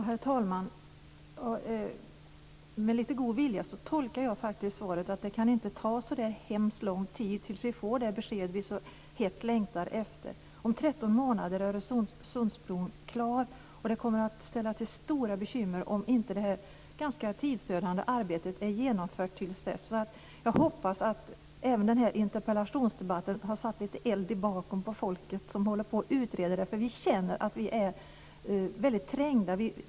Herr talman! Med lite god vilja tolkar jag svaret så att det inte kan ta så lång tid tills vi får det besked vi så hett längtar efter. Om 13 månader är Öresundsbron klar, och det kommer att ställa till stora bekymmer om detta ganska tidsödande arbete inte är genomfört till dess. Jag hoppas att även denna interpellationsdebatt har satt eld i baken på folk som utreder detta. Vi känner att vi är trängda.